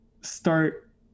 start